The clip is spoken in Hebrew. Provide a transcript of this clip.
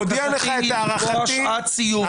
ומודיע לך את הערכתי --- בקשתי היא לקבוע שעת סיום,